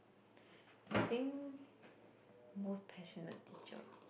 I think most passionate teacher